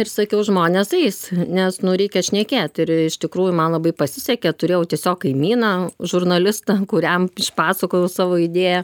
ir sakiau žmonės eis nes nu reikia šnekėt ir iš tikrųjų man labai pasisekė turėjau tiesiog kaimyną žurnalistą kuriam išpasakojau savo idėją